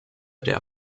der